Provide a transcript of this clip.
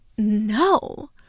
no